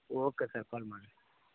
okay sir call ಮಾಡ್ರಿ